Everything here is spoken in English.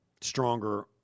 stronger